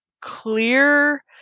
clear